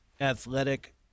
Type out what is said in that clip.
athletic